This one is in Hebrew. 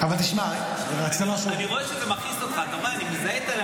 אני רואה שזה מכעיס אותך, אני מזהה.